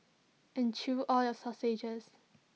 and chew all your sausages